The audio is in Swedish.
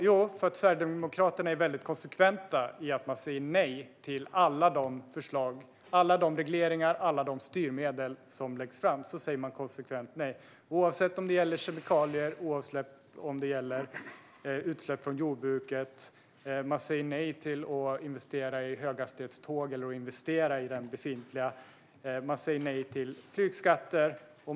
Jo, för att Sverigedemokraterna konsekvent säger nej till alla förslag, regleringar och styrmedel som läggs fram, oavsett om det gäller kemikalier eller utsläpp från jordbruket. Man säger nej till att investera i höghastighetståg eller befintliga tåg, och man säger nej till flygskatter.